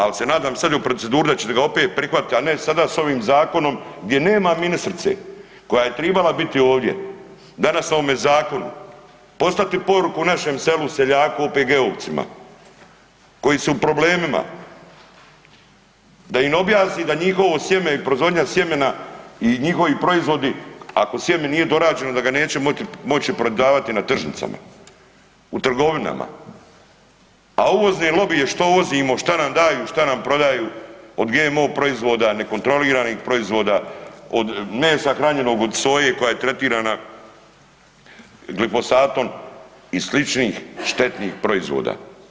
Al se nadam sad je u proceduri da ćete ga opet prihvatiti, a ne sada s ovim zakonom gdje nema ministrice koja je tribala biti ovdje danas na ovome zakonu, poslati poruku našem selu i seljaku i OPG-ovcima koji su u problemima da im objasni da njihovo sjeme i proizvodnja sjemena i njihovi proizvodi ako sjeme nije dorađeno da ga neće moći prodavati na tržnicama, u trgovinama, a uvozni lobiji što uvozimo, šta nam daju, šta nam prodaju, od GMO proizvoda, nekontroliranih proizvoda, od mesa hranjenog od soje koja je tretirana glifosatom i sličnih štetnih proizvoda.